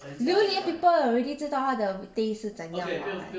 榴莲 people will already know the taste 是怎样 [what]